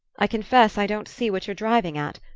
i confess i don't see what you're driving at.